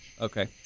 Okay